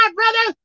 brother